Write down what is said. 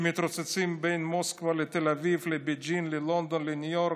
שמתרוצצים בין מוסקבה לתל אביב לבייג'ינג ללונדון לניו יורק,